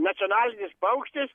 nacionalinis paukštis